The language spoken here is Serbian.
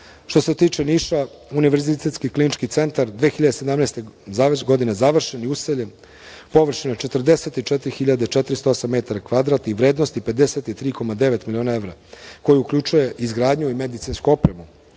Što se tiče Niša, Univerzitetski klinički centar 2017. godine završen i useljen, površine 44.408 metara kvadratnih, vrednosti 53,9 miliona evra koji uključuje izgradnju i medicinsku opremu.